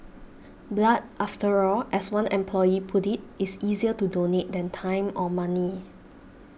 blood after all as one employee put it is easier to donate than time or money